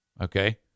Okay